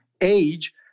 age